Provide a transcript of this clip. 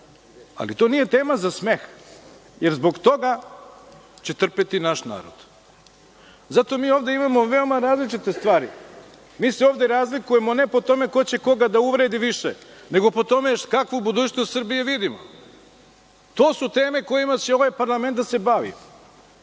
Ali to nije tema za smeh, jer zbog toga će trpeti naš narod. Zato mi ovde imamo veoma različite stvari. Mi se ovde razlikujemo ne po tome ko će koga da uvredi više, nego po tome kakvu budućnost Srbije vidimo. To su teme kojima će ovaj parlament da se bavi.